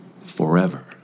forever